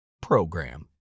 program